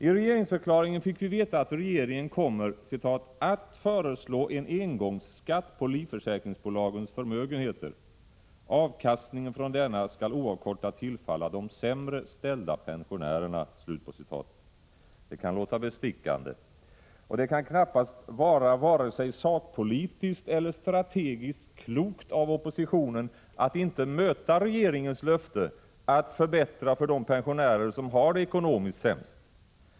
I regeringsförklaringen fick vi veta att regeringen kommer ”att föreslå en engångsskatt på livförsäkringsbolagens förmögenheter. Avkastningen från denna skall oavkortat tillfalla de sämre ställda pensionärerna.” —Det kan låta bestickande. Och det kan knappast vara vare sig sakpolitiskt eller strategiskt klokt av oppositionen att inte möta regeringens löfte att förbättra för de pensionärer som har det ekonomiskt sämst.